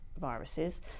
viruses